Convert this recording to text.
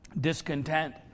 discontent